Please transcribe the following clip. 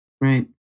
Right